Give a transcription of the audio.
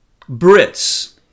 Brits